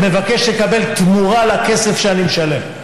מבקש לקבל תמורה על הכסף שאני משלם.